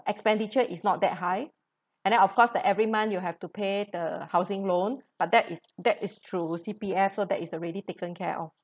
expenditure is not that high and then of course the every month you have to pay the housing loan but that is that is through C_P_F so that is already taken care of